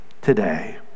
today